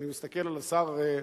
אני מסתכל על השר בגין,